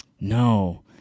no